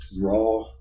raw